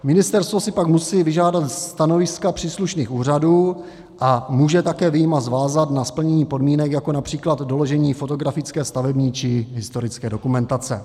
Ministerstvo si pak musí vyžádat stanoviska příslušných úřadů a může také výmaz vázat na splnění podmínek, jako například doložení fotografické, stavební či historické dokumentace.